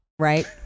right